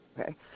Okay